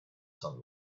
son